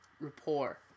rapport